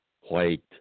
white